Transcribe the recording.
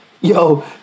Yo